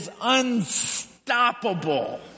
Unstoppable